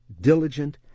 diligent